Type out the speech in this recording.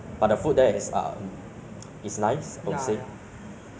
recommendation on which food is the best in that hawker centre lah